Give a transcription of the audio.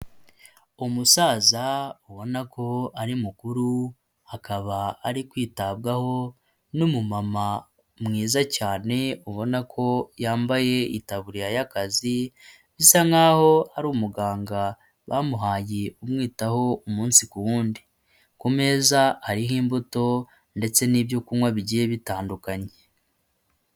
Umusaza ubona ko ari mukuru akaba ari kwitabwaho n'umu mama mwiza cyane ubona ko yambaye itaburiya y'akazi, bisa nkaho ari umuganga bamuhaye umwitaho umunsi ku wundi, ku meza hariho imbuto ndetse n'ibyo kunywa bigiye bitandukanye.